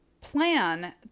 plan